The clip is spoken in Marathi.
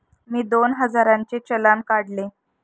मी दोन हजारांचे चलान काढले